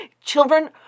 Children